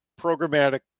programmatic